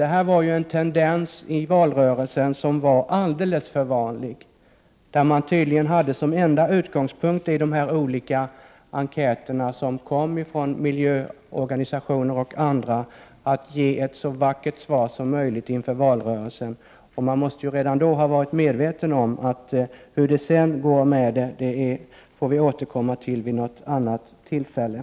Den här tendensen var alldeles för vanlig i valrörelsen, då man tydligen som enda utgångspunkt för svaren på de olika enkäter som kom från miljöorganisationer och andra hade att ge ett så positivt svar som möjligt, trots att man redan då måste ha varit medveten om att det var osäkert hur det i realiteten skulle bli i det här fallet med höjningen av LOK-stödet.